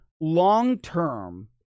long-term